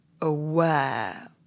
aware